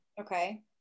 okay